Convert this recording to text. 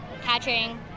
catching